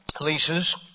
leases